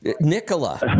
Nicola